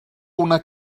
una